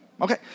okay